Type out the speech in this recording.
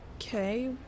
Okay